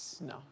No